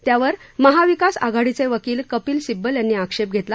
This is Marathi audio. त्यावर महाविकास आघाडीचे वकील कपिल सिब्बल यांनी आक्षेप घेतला